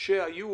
שהיו,